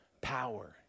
power